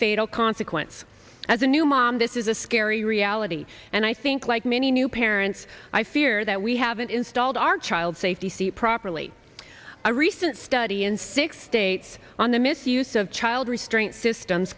fatal consequence as a new mom this is a scary reality and i think like many new parents i fear that we haven't installed our child safety properly a recent study in six states on the misuse of child restraint systems